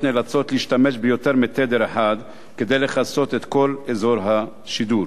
נאלצות להשתמש ביותר מתדר אחד כדי לכסות את כל אזור השידור.